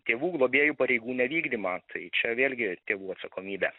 tėvų globėjų pareigų nevykdymą tai čia vėlgi tėvų atsakomybė